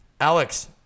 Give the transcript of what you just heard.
Alex